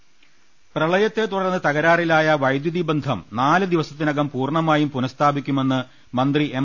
ള ൽ ൾ പ്രളയത്തെ തുടർന്ന് തകരാറിലായ വൈദ്യുതി ബന്ധം നാല് ദിവസ ത്തിനകം പൂർണ്ണമായും പുനസ്ഥാപിക്കുമെന്ന് മന്ത്രി എം